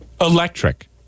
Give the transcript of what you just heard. Electric